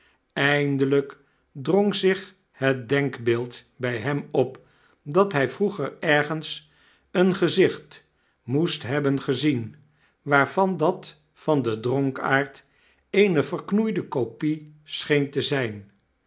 eindelijk drong zich het denkbeeld by hem op dat hy vroeger ergens een gezicht moest hebben gezien waarvan dat van den dronkaard eene verknoeide kopie scheen te zjjn